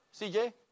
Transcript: CJ